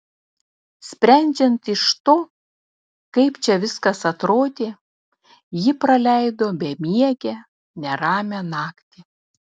sprendžiant iš to kaip čia viskas atrodė ji praleido bemiegę neramią naktį